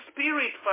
Spirit